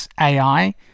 AI